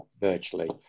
virtually